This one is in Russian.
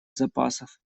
запасов